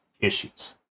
issues